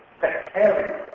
sectarian